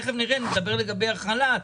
תיכף נדבר על החל"ת,